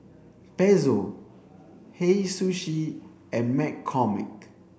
Pezzo Hei Sushi and McCormick